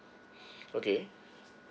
okay